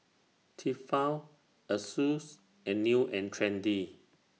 Tefal Asus and New and Trendy